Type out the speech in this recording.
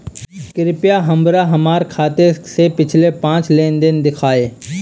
कृपया हमरा हमार खाते से पिछले पांच लेन देन दिखाइ